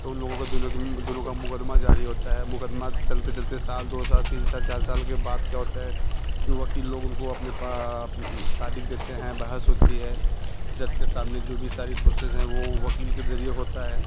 तो उन लोगों का दोनों का दोनों का मुक़दमा जारी हाेता है मुक़दमा चलते चलते साल दो साल तीन साल चार साल के बाद क्या होता है कि वक़ील लोग उनको अपने तारीख़ देते हैं बहस होती है जज के सामने जो भी सारा प्रोसेस है वो वक़ील के ज़रिए होता है